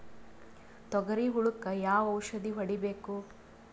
ತೊಗರಿ ಹುಳಕ ಯಾವ ಔಷಧಿ ಹೋಡಿಬೇಕು?